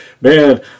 Man